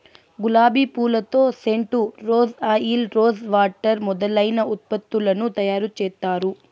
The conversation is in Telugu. గులాబి పూలతో scent, rose oil, rose water మొదలైన ఉత్పత్తులను తయారు చేత్తారు